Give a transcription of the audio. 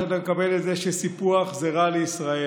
שאתה מקבל את זה שסיפוח זה רע לישראל.